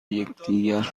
یکدیگر